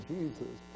Jesus